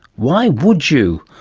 why would you?